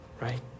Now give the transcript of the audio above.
right